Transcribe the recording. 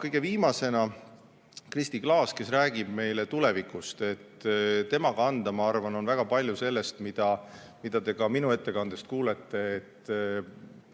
Kõige viimasena esineb Kristi Klaas, kes räägib meile tulevikust. Tema kanda, ma arvan, on väga palju sellest, mida te ka minu ettekandes kuulete: